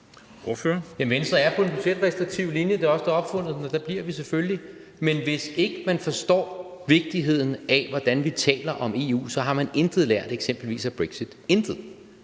Men hvis ikke man forstår vigtigheden af, hvordan vi taler om EU, så har man intet lært eksempelvis